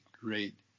great